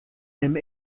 nim